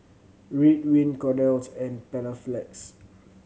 Ridwind Kordel's and Panaflex